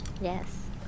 yes